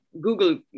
Google